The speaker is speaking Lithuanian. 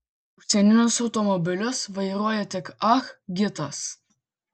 užsieninius automobilius vairuoja tik ah gitas